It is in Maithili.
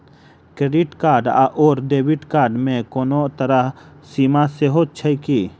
क्रेडिट कार्ड आओर डेबिट कार्ड मे कोनो तरहक सीमा सेहो छैक की?